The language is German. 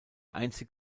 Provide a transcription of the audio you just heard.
einzig